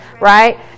right